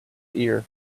ear